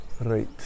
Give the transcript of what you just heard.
Right